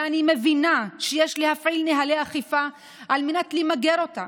אני מבינה שיש להפעיל נוהלי אכיפה על מנת למגר אותה.